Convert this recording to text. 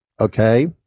Okay